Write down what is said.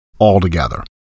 altogether